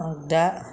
आगदा